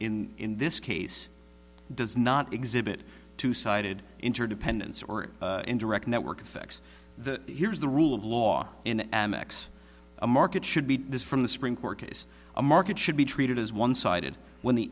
in in this case does not exhibit two sided interdependence or indirect network effects the here is the rule of law and amex a market should be this from the supreme court case a market should be treated as one sided when the